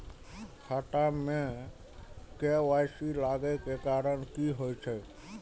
खाता मे के.वाई.सी लागै के कारण की होय छै?